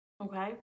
Okay